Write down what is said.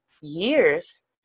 years